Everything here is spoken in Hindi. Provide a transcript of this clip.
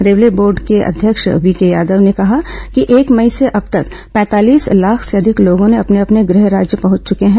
रेलवे बोर्ड के अध्यक्ष वी के यादव ने कहा कि एक मई से अब तक पैंतालीस लाख से अधिक लोग अपने अपने गृह राज्य पहुंच चुके हैं